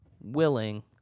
willing